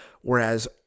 whereas